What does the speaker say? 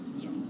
Yes